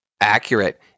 Accurate